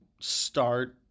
start